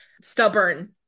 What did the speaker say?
stubborn